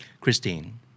Christine